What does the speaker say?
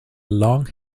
long